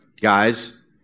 guys